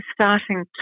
starting